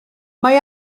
mae